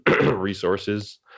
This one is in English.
resources